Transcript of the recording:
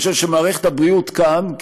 אני חושב שמערכת הבריאות כאן,